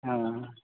ആ